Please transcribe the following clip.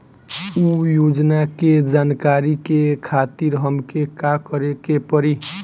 उ योजना के जानकारी के खातिर हमके का करे के पड़ी?